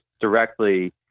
directly